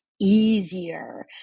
easier